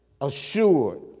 assured